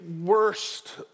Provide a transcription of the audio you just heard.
worst